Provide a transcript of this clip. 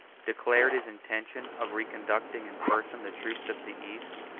declared his intention of reconducting in person the troops of the east,